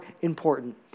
important